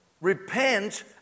repent